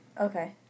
Okay